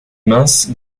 mince